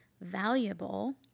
valuable